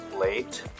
late